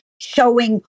showing